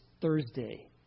Thursday